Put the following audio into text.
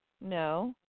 No